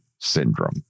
syndrome